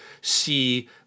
see